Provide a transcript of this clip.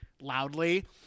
loudly